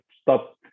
stop